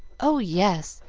oh, yes,